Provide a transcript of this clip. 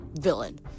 villain